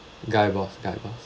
guy boss guy boss